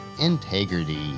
integrity